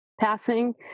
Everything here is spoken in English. passing